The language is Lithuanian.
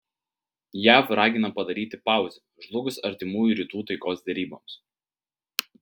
jav ragina padaryti pauzę žlugus artimųjų rytų taikos deryboms